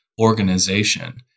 organization